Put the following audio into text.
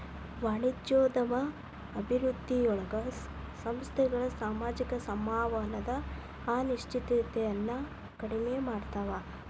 ವಾಣಿಜ್ಯೋದ್ಯಮ ಅಭಿವೃದ್ಧಿಯೊಳಗ ಸಂಸ್ಥೆಗಳ ಸಾಮಾಜಿಕ ಸಂವಹನದ ಅನಿಶ್ಚಿತತೆಯನ್ನ ಕಡಿಮೆ ಮಾಡ್ತವಾ